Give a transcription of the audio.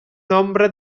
nombre